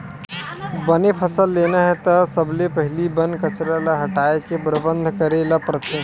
बने फसल लेना हे त सबले पहिली बन कचरा ल हटाए के परबंध करे ल परथे